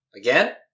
Again